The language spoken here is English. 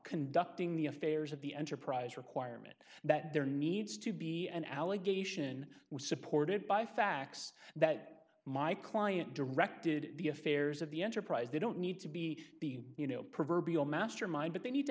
conducting the affairs of the enterprise requirement that there needs to be an allegation was supported by facts that my client directed the affairs of the enterprise they don't need to be the you know proverbial master mind that they need to